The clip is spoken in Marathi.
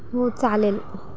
हो चालेल